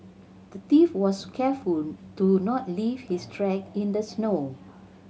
the thief was careful to not leave his track in the snow